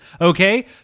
Okay